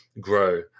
grow